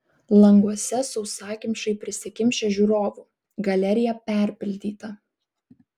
languose sausakimšai prisikimšę žiūrovų galerija perpildyta